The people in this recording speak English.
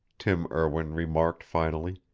tim erwin remarked finally,